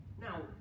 Now